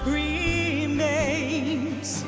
remains